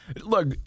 look